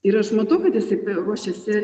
ir aš matau kad jisai ruošiasi